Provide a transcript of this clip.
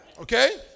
Okay